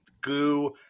goo